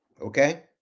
Okay